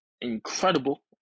incredible